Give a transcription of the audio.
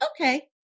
Okay